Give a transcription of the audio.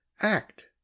act